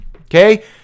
Okay